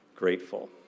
grateful